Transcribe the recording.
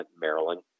Maryland